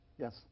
Yes